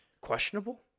Questionable